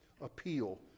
appeal